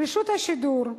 רשות השידור,